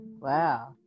Wow